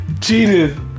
cheated